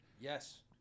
Yes